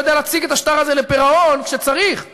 יודע להציג את השטר הזה לפירעון כשצריך ולהגיד: